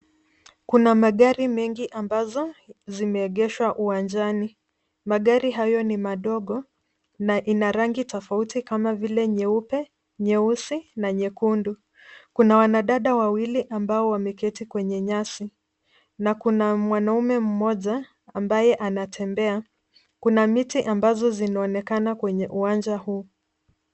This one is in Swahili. Kuna magari mengi ambazo zimeegeshwa uwanjani. Magari hayo ni madogo na ina rangi tofauti kama vile nyeupe, nyeusi na nyekundu. Kuna wana dada wawili ambao wameketi kwenye nyasi na kuna mwanamume mmoja ambaye anatembea. Kuna miti ambazo zinaonekana kwenye uwanja huu.